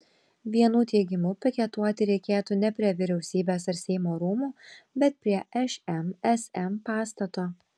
vienų teigimu piketuoti reiktų ne prie vyriausybės ar seimo rūmų bet prie šmsm pastato